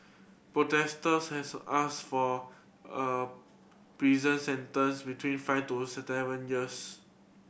protectors has asked for a prison sentence between five to seven years